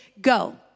go